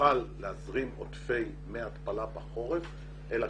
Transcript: נוכל להזרים עודפי מי התפלה בחורף אל הכינרת.